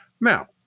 Now